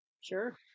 Sure